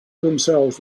themselves